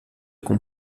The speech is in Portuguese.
com